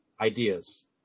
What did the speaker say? ideas